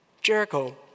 Jericho